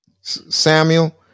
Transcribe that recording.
Samuel